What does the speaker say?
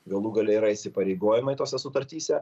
galų gale yra įsipareigojimai tose sutartyse